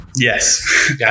Yes